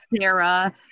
Sarah